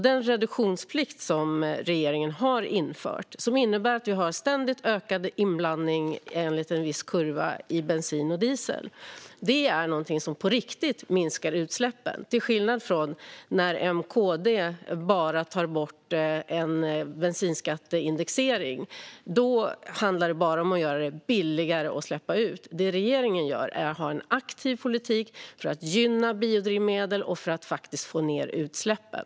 Den reduktionsplikt som regeringen har infört, som innebär att vi har ständigt ökad inblandning i bensin och diesel enligt en viss kurva, är någonting som på riktigt minskar utsläppen, till skillnad från när M och KD bara tar bort en bensinskatteindexering. Då handlar det bara om att göra det billigare att släppa ut. Vad regeringen gör är att föra en aktiv politik för att gynna biodrivmedel och för att faktiskt få ned utsläppen.